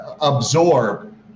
absorb